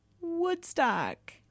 Woodstock